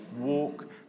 walk